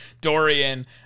Dorian